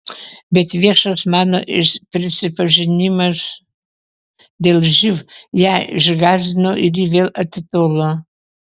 bet viešas mano prisipažinimas dėl živ ją išgąsdino ir ji vėl atitolo